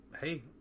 hey